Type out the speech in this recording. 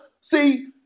See